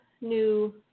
new